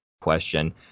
question